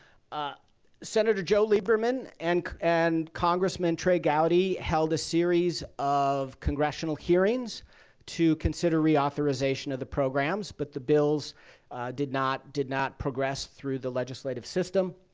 ah senator joe lieberman and and congressman trey gowdy held a series of congressional hearings to consider reauthorization of the programs, but the bills did not did not progress through the legislative system.